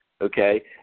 Okay